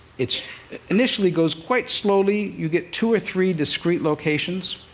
it initially goes quite slowly. you get two or three discrete locations.